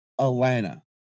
Atlanta